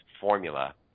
formula